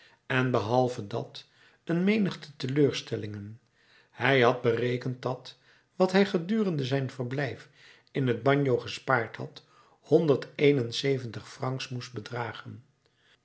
en behalve dat een menigte teleurstellingen hij had berekend dat wat hij gedurende zijn verblijf in het bagno gespaard had honderd een en zeventig francs moest bedragen